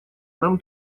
нам